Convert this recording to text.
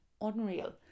unreal